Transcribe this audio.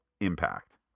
impact